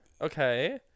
okay